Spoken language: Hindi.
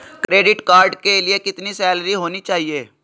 क्रेडिट कार्ड के लिए कितनी सैलरी होनी चाहिए?